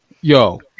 yo